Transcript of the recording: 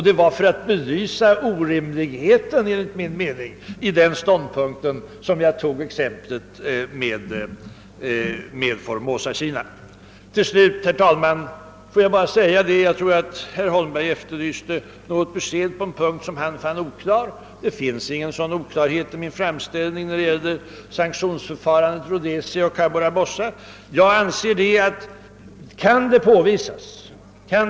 Det var för att belysa orimligheten i den ståndpunkten som jag tog exemplet med Formosakina. Till slut vill jag, herr talman, bara säga — jag tror att herr Holmberg efterlyste ett besked på en punkt som han fann oklar — att det inte finns någon sådan oklarhet i min framställning när det gäller sanktionsförfarandet mot Rhodesia och problemet Cabora Bassa.